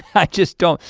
i just don't.